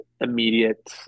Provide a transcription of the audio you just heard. immediate